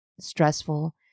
stressful